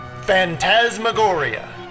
Phantasmagoria